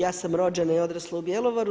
Ja sam rođena i odrasla u Bjelovaru.